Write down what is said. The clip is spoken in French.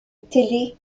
télé